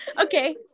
okay